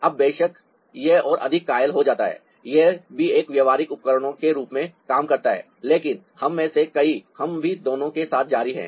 अब बेशक यह और अधिक कायल हो जाता है यह भी एक व्यावहारिक उपकरण के रूप में काम करता है लेकिन हम में से कई हम भी दोनों के साथ जारी है